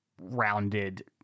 rounded